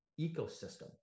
ecosystem